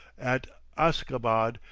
at askabad,